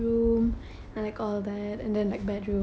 !wow! okay can you explain further